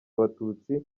abatutsi